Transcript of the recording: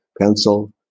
pencil